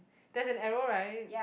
there is an error right